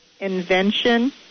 invention